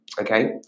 Okay